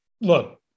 look